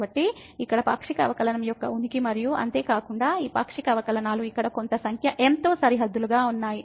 కాబట్టి ఇక్కడ పాక్షిక అవకలనం యొక్క ఉనికి మరియు అంతేకాకుండా ఈ పాక్షిక అవకలనాలు ఇక్కడ కొంత సంఖ్య M తో సరిహద్దులుగా ఉన్నాయి